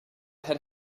had